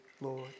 Lord